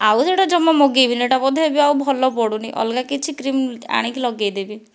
ଆଉ ସେଇଟା ଜମା ମଗାଇବିନାହିଁ ଏଇଟା ବୋଧେ ଏବେ ଆଉ ଭଲ ପଡୁନାହିଁ ଅଲଗା କିଛି କ୍ରିମ୍ ଆଣିକି ଲଗାଇଦେବି